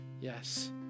yes